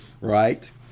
right